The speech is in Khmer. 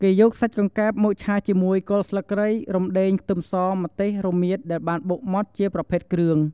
គេយកសាច់កង្កែបមកឆាជាមួយ គល់ស្លឹកគ្រៃ រំដេង ខ្ទឹមស ម្ទេស រមៀត ដែលបានបុកម៉ត់ជាប្រភេទគ្រឿង។